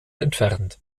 entfernt